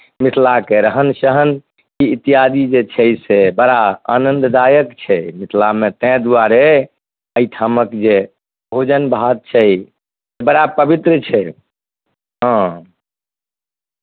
मिथिलाके रहन सहन ई इत्यादि जे छै से बड़ा आनन्ददायक छै मिथिलामे ताहि दुआरे एहिठामक जे भोजन भात छै बड़ा पवित्र छै हँ